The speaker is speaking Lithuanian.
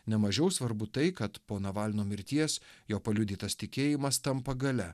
ne mažiau svarbu tai kad po navalno mirties jo paliudytas tikėjimas tampa galia